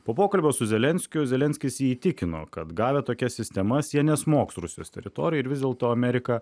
po pokalbio su zelenskiu zelenskis jį įtikino kad gavę tokias sistemas jie nesmogs rusijos teritorijoj ir vis dėlto amerika